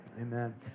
Amen